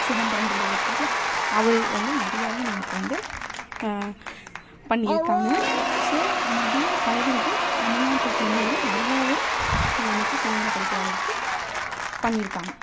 சிதம்பரம் பிள்ளை இருக்கார்ல அவரு வந்து நிறையாவே நமக்கு வந்து பண்ணி இருக்காங்க ஸோ நிறைய தலைவர்கள் தமிழ்நாட்ட சேர்ந்தவர்கள் நிறையவே நமக்கு சுதந்திரம் கிடைக்கிற அளவுக்கு பண்ணி இருக்காங்க